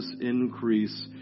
increase